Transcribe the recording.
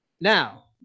Now